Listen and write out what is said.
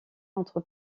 entre